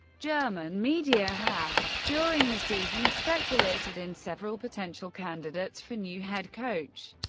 german media had during the season speculated in several potential candidates for new head coach,